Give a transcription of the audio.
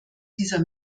dieser